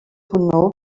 hwnnw